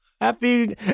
Happy